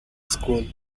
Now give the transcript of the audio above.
school